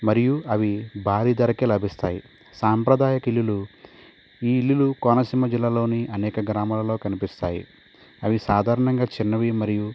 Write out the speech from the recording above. మరియు అవి భారీ ధరకే లభిస్తాయి సాంప్రదాయక ఇల్లులు ఈ ఇల్లులు కోనసీమ జిల్లాలోని అనేక గ్రామాలలో కనిపిస్తాయి అవి సాధారణంగా చిన్నవి మరియు